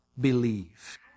believe